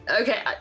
Okay